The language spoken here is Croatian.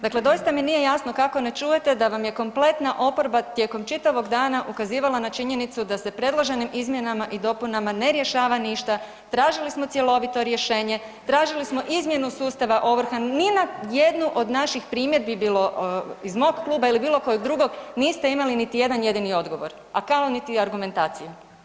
Dakle doista mi nije jasno kako ne čujete da vam je kompletna oporba tijekom čitavog dana ukazivala na činjenicu da se predloženim izmjenama i dopunama ne rješava ništa, tražili smo cjelovito rješenje, tražili smo izmjenu sustava ovrha, ni na jednu od naših primjedbi bilo iz mog kluba ili bilokojeg drugog niste imali niti jedan jedini odgovor a kamo niti argumentaciju.